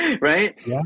right